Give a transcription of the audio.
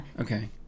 okay